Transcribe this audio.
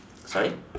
sorry